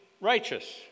righteous